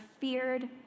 feared